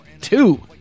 Two